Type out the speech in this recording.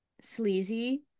sleazy